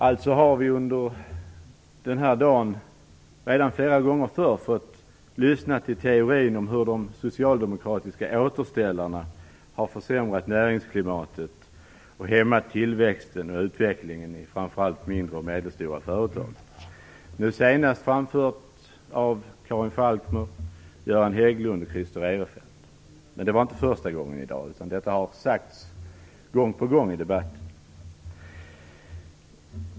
Vi har under den här dagen redan flera gånger fått lyssna till teorin om hur de socialdemokratiska återställarna har försämrat näringsklimatet och hämmat tillväxten och utvecklingen i framför allt mindre och medelstora företag. Senast framfördes detta av Karin Falkmer, Christer Eirefelt och Göran Hägglund - men det var alltså inte första gången i dag, utan detta har sagts gång på gång i debatten.